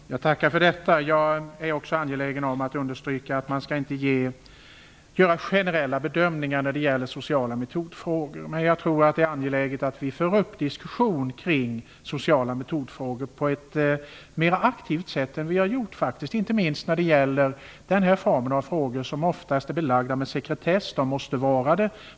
Fru talman! Jag tackar för detta. Jag är också angelägen om att understryka att man inte skall göra generella bedömningar när det gäller sociala metodfrågor. Men jag tror att det är angeläget att vi för fram diskussionen kring sociala metodfrågor på ett mer aktivt sätt än vi har gjort, inte minst när det gäller den här formen av frågor. De är oftast belagda med sekretess. De måste vara det.